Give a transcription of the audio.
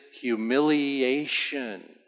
humiliation